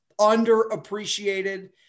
Underappreciated